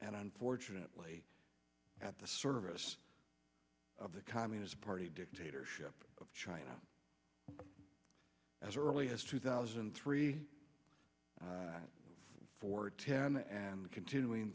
and unfortunately at the service of the communist party dictatorship of china as early as two thousand and three for ten and continuing